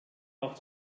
auch